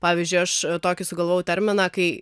pavyzdžiui aš tokį sugalvojau terminą kai